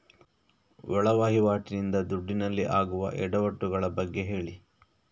ಒಳ ವಹಿವಾಟಿ ನಿಂದ ದುಡ್ಡಿನಲ್ಲಿ ಆಗುವ ಎಡವಟ್ಟು ಗಳ ಬಗ್ಗೆ ಹೇಳಿ